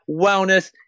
wellness